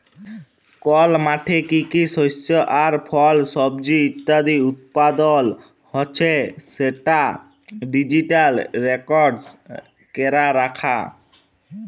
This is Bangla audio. কল মাঠে কি কি শস্য আর ফল, সবজি ইত্যাদি উৎপাদল হচ্যে সেটা ডিজিটালি রেকর্ড ক্যরা রাখা